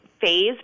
phase